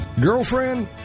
Girlfriend